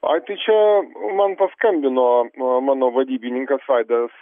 aj tai čia man paskambino mano vadybininkas vaidas